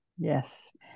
Yes